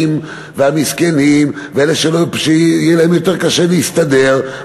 והמסכנים ואלה שיהיה להם יותר קשה להסתדר,